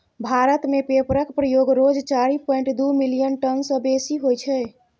भारत मे पेपरक प्रयोग रोज चारि पांइट दु मिलियन टन सँ बेसी होइ छै